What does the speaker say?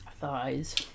Thighs